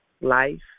life